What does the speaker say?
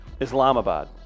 Islamabad